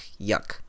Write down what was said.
yuck